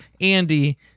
Andy